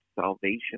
salvation